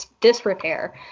disrepair